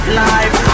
life